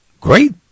Great